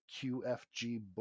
qfgbook